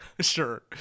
Sure